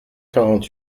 quarante